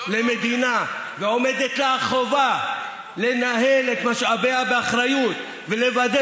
למדינה ועומדת לה החובה לנהל את משאביה באחריות ולוודא